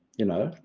you know,